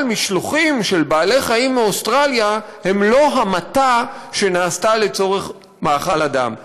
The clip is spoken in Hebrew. אבל משלוחים של בעלי-חיים מאוסטרליה הם לא המתה שנעשתה לצורך מאכל אדם,